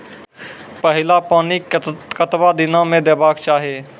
पहिल पानि कतबा दिनो म देबाक चाही?